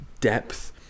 depth